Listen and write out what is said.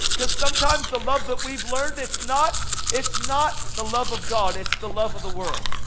cause sometimes the love that we've learned, it's not, it's not the love of god, it's the love of the world.